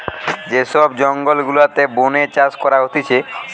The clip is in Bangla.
যে সব জঙ্গল গুলাতে বোনে চাষ করা হতিছে